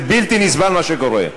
זה בלתי נסבל, מה שקורה.